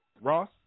Ross